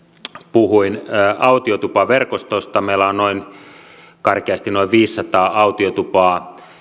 puhuin autiotupaverkostosta meillä on karkeasti noin viisisataa autiotupaa